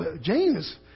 James